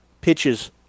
pitches